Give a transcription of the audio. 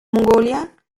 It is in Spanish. mongolia